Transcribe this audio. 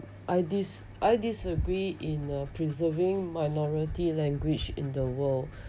I dis~ I disagree in uh preserving minority language in the world